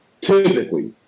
typically